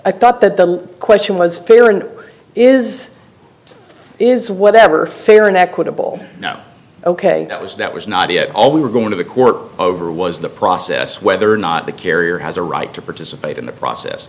i thought that the question was fair and is is whatever fair and equitable now ok that was that was not at all we were going to the court over was the process whether or not the carrier has a right to participate in the process